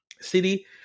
City